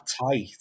tight